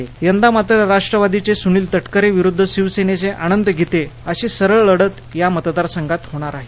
रायंदा मात्र राष्ट्रवादी सुनिल त क्रिरे विरुद्ध शिवसेनेचे अनंत गिते अशी सरळ लढत या मतदारसघात होणार आहे